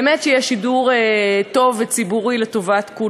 באמת, כדי שיהיה שידור ציבורי טוב לכולנו.